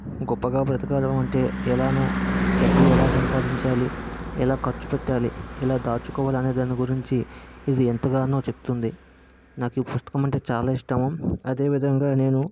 గొప్పగా బ్రతకడం అంటే ఎలానో డబ్బులు ఎలా సంపాదించాలి ఎలా ఖర్చుపెట్టాలి ఎలా దాచుకోవాలి అనే దాని గురించి ఇది ఎంతగానో చెప్తుంది నాకు ఈ పుస్తకం అంటే చాలా ఇష్టము అదేవిధంగా నేను